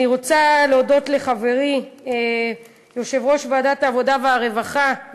אני רוצה להודות לחברי יושב-ראש ועדת העבודה והרווחה,